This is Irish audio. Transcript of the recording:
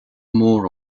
mór